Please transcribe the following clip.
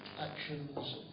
actions